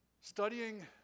studying